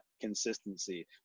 consistency